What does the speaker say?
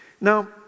Now